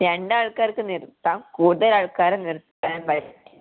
രണ്ട് ആൾക്കാർക്ക് നിർത്താം കൂടുതൽ ആൾക്കാരെ നിർത്താൻ പറ്റില്ല